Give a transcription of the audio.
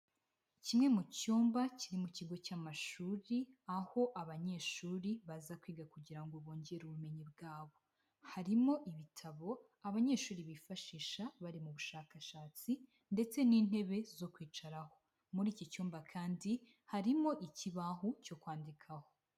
Kimwe mu cyumba kiri mu kigo cy'amashuri, aho abanyeshuri baza kwiga kugira ngo bongere ubumenyi bwabo, harimo ibitabo abanyeshuri bifashisha bari mu bushakashatsi ndetse n'intebe zo kwicaraho muri iki cyumba kandi harimo ikibaho cyo kwandikaho.